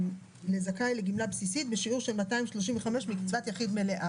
לזכאי לגמלה בסיסית בשיעור של 235% מקצבת יחיד מלאה".